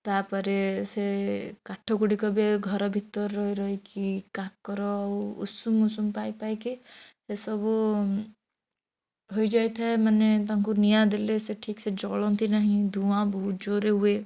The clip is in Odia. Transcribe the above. ତା'ପରେ ସେ କାଠ ଗୁଡ଼ିକ ବି ଘର ଭିତରେ ରହି ରହିକି କାକର ଆଉ ଉଷୁମ ଉଷୁମ ପାଇ ପାଇକି ସେସବୁ ହୋଇଯାଇଥାଏ ମାନେ ତାଙ୍କୁ ନିଆଁ ଦେଲେ ସେ ଠିକ୍ ସେ ଜଳନ୍ତି ନାହିଁ ଧୂଆଁ ବହୁତ ଜୋରରେ ହୁଏ